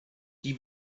die